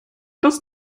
das